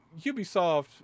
Ubisoft